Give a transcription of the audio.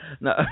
No